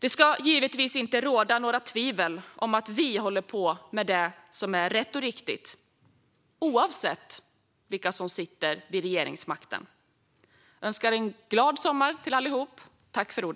Det ska givetvis inte råda några tvivel om att vi håller på med det som är rätt och riktigt, oavsett vilka som sitter vid regeringsmakten. Jag önskar alla en glad sommar.